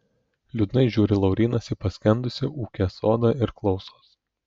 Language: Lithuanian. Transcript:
liūdnai žiūri laurynas į paskendusį ūke sodą ir klausos